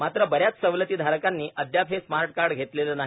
मात्र बऱ्याच सक्लत घारकांनी अद्याप हे स्मार्ट कार्ड घेतलेलं नाही